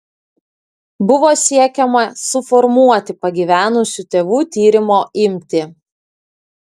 buvo siekiama suformuoti pagyvenusių tėvų tyrimo imtį